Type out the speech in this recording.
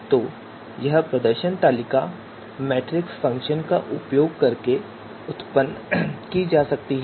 तो यह प्रदर्शन तालिका मैट्रिक्स फ़ंक्शन का उपयोग करके उत्पन्न की जा सकती है